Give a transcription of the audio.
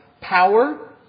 power